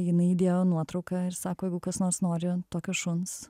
jinai įdėjo nuotrauką ir sako jeigu kas nors nori tokio šuns